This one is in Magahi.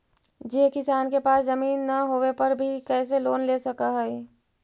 जे किसान के पास जमीन न होवे पर भी कैसे लोन ले सक हइ?